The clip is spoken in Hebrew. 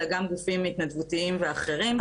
אלא גם גופים התנדבותיים ואחרים שאנחנו נמצאים איתם בקשר.